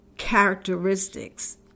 characteristics